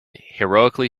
heroically